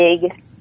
big